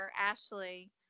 Ashley